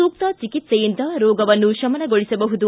ಸೂಕ್ತ ಚಿಕಿತ್ಸೆಯಿಂದ ರೋಗವನ್ನು ಶಮನಗೊಳಿಸಬಹುದು